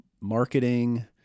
marketing